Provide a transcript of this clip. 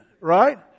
right